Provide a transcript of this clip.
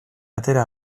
atera